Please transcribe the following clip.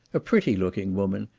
a pretty looking woman,